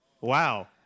wow